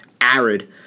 arid